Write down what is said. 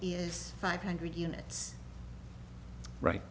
is five hundred units right